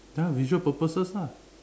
ya visual purposes lah